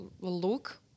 look